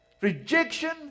rejection